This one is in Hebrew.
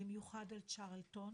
במיוחד על צ'רלטון,